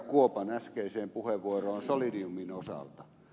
kuopan äskeiseen puheenvuoroon solidiumin osalta